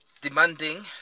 Demanding